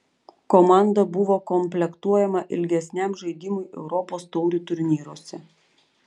komanda buvo komplektuojama ilgesniam žaidimui europos taurių turnyruose